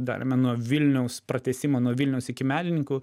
darėme nuo vilniaus pratęsimo nuo vilniaus iki medininkų